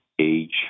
age